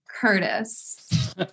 Curtis